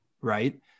right